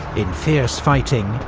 in fierce fighting,